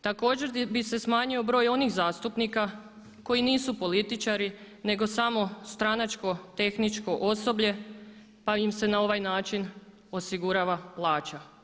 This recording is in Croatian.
Također bi se smanjio broj onih zastupnika koji nisu političari nego samo stranačko, tehničko osoblje pa im se na ovaj način osigurava plaća.